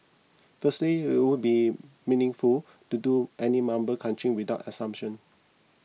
firstly it would be meaningful to do any member crunching without assumption